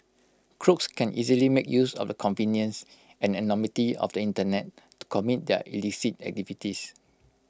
crooks can easily make use of the convenience and anonymity of the Internet to commit their illicit activities